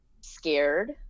scared